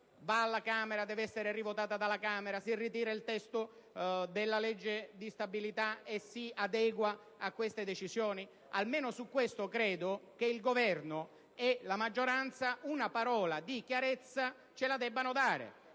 alla Camera per essere votata, si ritira il testo della legge di stabilità e lo si adegua a queste decisioni? Almeno su questo, credo che il Governo e la maggioranza una parola di chiarezza ce la debbano dare,